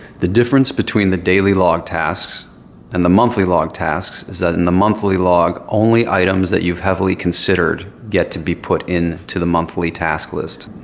the difference between the daily log tasks and the monthly log tasks is that in the monthly log, only items that you've heavily considered get to be put in to the monthly task list.